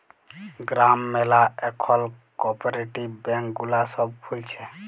গ্রাম ম্যালা এখল cooperative bank গুলা সব খুলছে